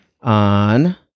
on